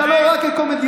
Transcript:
אתה לא רע כקומדיאנט.